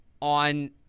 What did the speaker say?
on